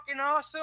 awesome